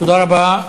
תודה רבה.